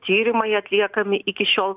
tyrimai atliekami iki šiol